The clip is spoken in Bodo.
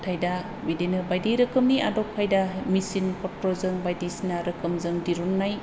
नाथाय दा बायदि रोखोमनि आदब खायदा मेचिन फथ्रजों बायदिसिना रोखोमजों दिरुननाय